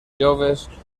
joves